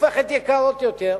הופכות יקרות יותר,